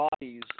bodies